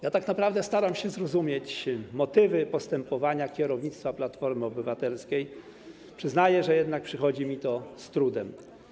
Ja tak naprawdę staram się zrozumieć motywy postępowania kierownictwa Platformy Obywatelskiej, jednak przyznaję, że przychodzi mi to z trudem.